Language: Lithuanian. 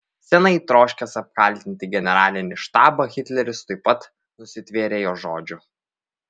seniai troškęs apkaltinti generalinį štabą hitleris tuoj pat nusitvėrė jo žodžių